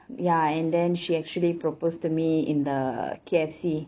ya and then she actually propose to me in the K_F_C